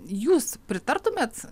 jūs pritartumėt